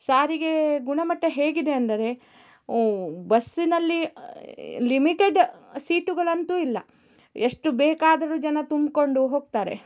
ಸಾರಿಗೆ ಗುಣಮಟ್ಟ ಹೇಗಿದೆ ಅಂದರೆ ಬಸ್ಸಿನಲ್ಲಿ ಲಿಮಿಟೆಡ್ ಸೀಟುಗಳಂತೂ ಇಲ್ಲ ಎಷ್ಟು ಬೇಕಾದರೂ ಜನ ತುಂಬಿಕೊಂಡು ಹೋಗ್ತಾರೆ